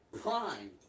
Prime